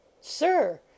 Sir